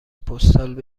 پستال